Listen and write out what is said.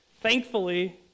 Thankfully